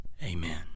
Amen